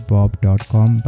Bob.com